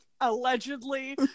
allegedly